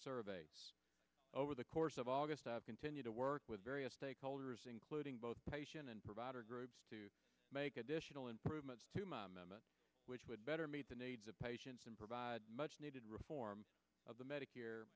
survey over the course of august i continue to work with various stakeholders including both patient and provider groups to make additional improvements to my mema which would better meet the needs of patients and provide much needed reform of the medicare